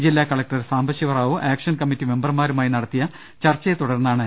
ജില്ലാ collector Sambasiva Rao action committee മെമ്പർമാരുമായി നടത്തിയ ചർച്ചയെ ്തുടർന്നാണ് എം